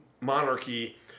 monarchy